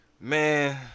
Man